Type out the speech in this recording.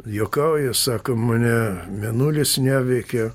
juokauja sako mane mėnulis neveikia